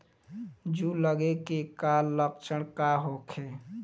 जूं लगे के का लक्षण का होखे?